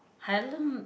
I learn